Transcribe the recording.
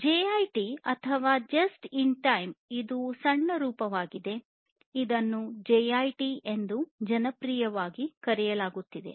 JIT ಅಥವಾ just in time ಇದು ಸಣ್ಣ ರೂಪವಾಗಿದೆ ಇದನ್ನು ಜೆಐಟಿ ಎಂದೂ ಜನಪ್ರಿಯವಾಗಿ ಕರೆಯಲಾಗುತ್ತದೆ